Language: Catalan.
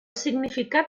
significat